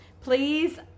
Please